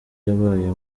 yabaye